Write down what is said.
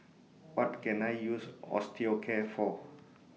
What Can I use Osteocare For